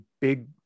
big